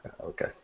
Okay